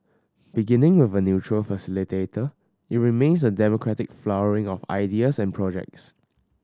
beginning with a neutral facilitator it remains a democratic flowering of ideas and projects